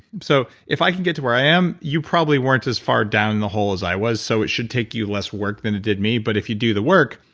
so if i can get to where i am, you probably weren't as far down the hole as i was, so it should take you less work than it did me, but if you do the work,